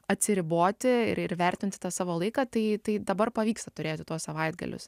atsiriboti ir ir vertinti tą savo laiką tai tai dabar pavyksta turėti tuos savaitgalius